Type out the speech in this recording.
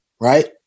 right